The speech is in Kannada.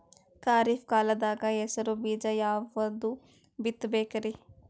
ಖರೀಪ್ ಕಾಲದಾಗ ಹೆಸರು ಬೀಜ ಯಾವದು ಬಿತ್ ಬೇಕರಿ?